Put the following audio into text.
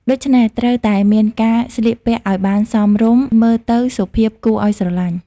ដូច្នេះត្រូវតែមានការស្លៀកពាក់ឲ្យបានសមរម្យ មើលទៅសុភាពគួរអោយស្រឡាញ់។